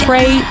Pray